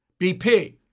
BP